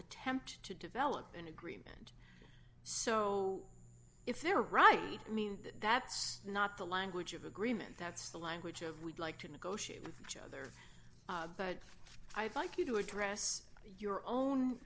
attempt to develop an agreement so if they're right i mean that's not the language of agreement that's the language of we'd like to negotiate with each other but i'd like you to address your own